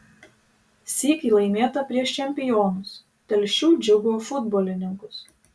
sykį laimėta prieš čempionus telšių džiugo futbolininkus